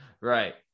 Right